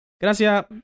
Gracias